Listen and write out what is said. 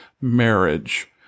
marriage